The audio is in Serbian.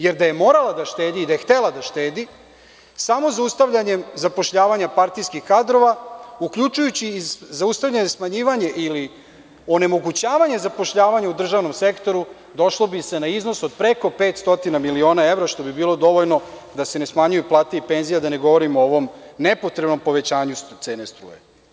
Jer, da je morala da štedi i da je htela da štedi, samo zaustavljanjem zapošljavanja partijskih kadrova, uključujući i zaustavljanje smanjivanja ili onemogućavanje zapošljavanja u državnom sektoru, došlo bi se na iznos od preko 500 miliona evra, što bi bilo dovoljno da se ne smanjuju plate i penzije, a da ne govorim o ovom neposrednom povećanju cene struje.